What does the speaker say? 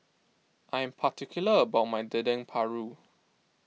I am particular about my Dendeng Paru